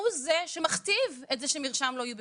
הוא זה שמכתיב את זה שמרשם לא יהיו בפנים.